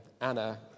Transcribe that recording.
Anna